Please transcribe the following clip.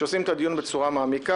וכשעוסקים את הדיון בצורה מעמיקה.